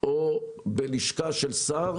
או בלשכה של שר